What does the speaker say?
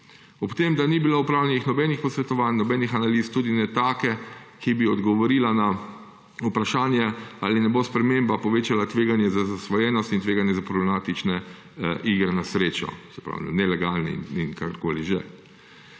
Ob tem, da ni bilo opravljenih nobenih posvetovanj, nobenih analiz, tudi ne takšne, ki bi odgovorila na vprašanje, ali ne bo sprememba povečala tveganja za zasvojenost in tveganja za problematične igre na srečo, se pravi nelegalne in karkoli že.